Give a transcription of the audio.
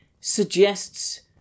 suggests